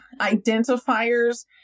identifiers